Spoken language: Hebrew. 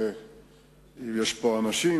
ויש פה אנשים,